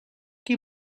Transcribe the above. qui